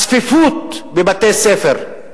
הצפיפות בבתי-הספר,